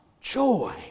Joy